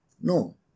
No